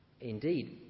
Indeed